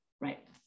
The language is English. Right